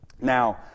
Now